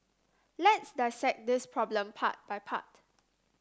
let's dissect this problem part by part